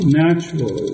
natural